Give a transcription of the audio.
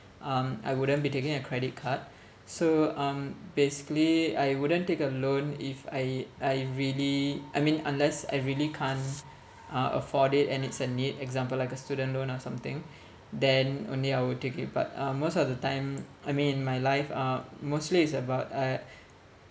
um I wouldn't be taking a credit card so um basically I wouldn't take a loan if I I really I mean unless I really can't uh afford it and it's a need example like a student loan or something then only I will take it but uh most of the time I mean in my life uh mostly it's about uh